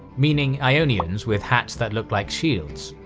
meaning ionians with hats that look like shields.